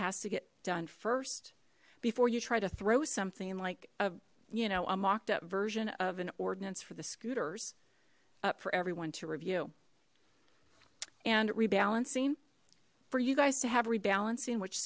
has to get done first before you try to throw something like a you know a mocked up version of an ordinance for the scooters up for everyone to review and rebalancing for you guys to have rebalancing which